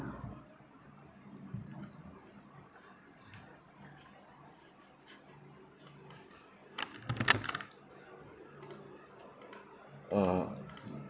uh